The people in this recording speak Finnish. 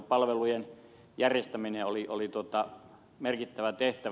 palvelujen järjestäminen oli merkittävä tehtävä